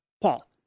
Paul